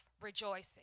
rejoicing